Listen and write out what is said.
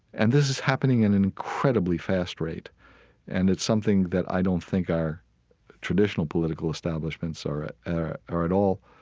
and this is happening at and an incredibly fast rate and it's something that i don't think our traditional political establishments are at are at all